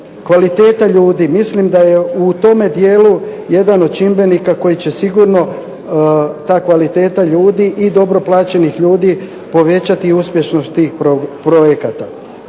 kvaliteta ljudi mislim da je u tome dijelu jedan od čimbenika koji će sigurno ta kvaliteta ljudi i dobro plaćenih ljudi povećati uspješnost tih projekata.